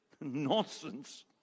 nonsense